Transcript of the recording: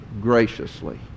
graciously